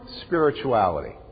spirituality